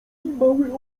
mały